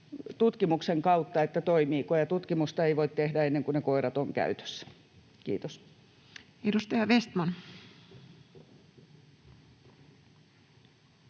tutkimuksen kautta, toimiiko, ja tutkimusta ei voi tehdä ennen kuin ne koirat ovat käytössä. — Kiitos. [Speech